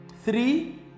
three